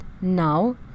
Now